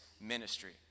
ministry